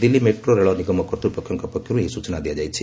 Delhi metro ରେଳ ନିଗମ କର୍ତ୍ତ୍ୱପକ୍ଷଙ୍କ ପକ୍ଷର୍ତ ଏହି ସ୍ବଚନା ଦିଆଯାଇଛି